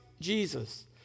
Jesus